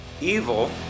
evil